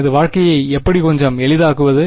எனது வாழ்க்கையை எப்படி கொஞ்சம் எளிதாக்குவது